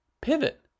pivot